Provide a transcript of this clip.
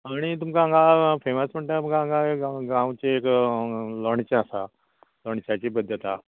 आनी तुमकां हांगा फॅमस म्हटल्यार तुमकां हांगा गांवची एक लोणचें आसा लोणच्याची पद्दत आसा